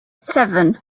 seven